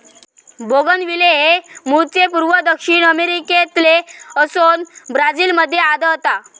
bougainvillea हे मूळचे पूर्व दक्षिण अमेरिकेतले असोन ब्राझील मध्ये आढळता